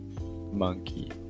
Monkey